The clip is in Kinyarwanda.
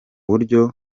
buryo